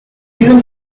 reason